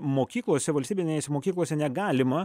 mokyklose valstybinėse mokyklose negalima